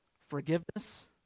forgiveness